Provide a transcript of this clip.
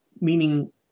Meaning